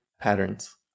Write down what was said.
patterns